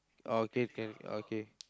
okay can okay